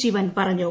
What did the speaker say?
ശിവൻ പറഞ്ഞു